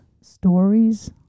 stories